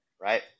Right